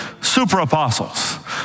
super-apostles